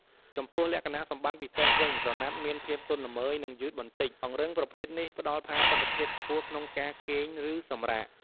ចំពោះលក្ខណៈសម្បត្តិពិសេសវិញ ក្រណាត់មានភាពទន់ល្មើយ និងយឺតបន្តិច អង្រឹងប្រភេទនេះផ្ដល់ផាសុខភាពខ្ពស់ក្នុងការគេង ឬសម្រាក។